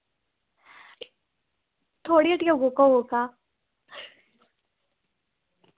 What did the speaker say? थोआढ़ी हट्टिया कोह्का कोह्का